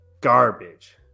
garbage